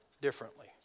differently